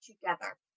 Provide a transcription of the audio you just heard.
together